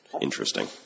interesting